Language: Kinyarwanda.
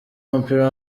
w’umupira